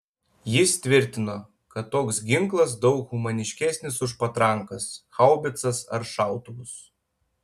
jis tvirtino kad toks ginklas daug humaniškesnis už patrankas haubicas ar šautuvus